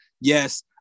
yes